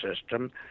system